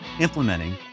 implementing